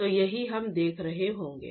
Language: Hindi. तो यही हम देख रहे होंगे